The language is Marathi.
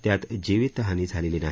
त्यात जीवित हानी झालेली नाही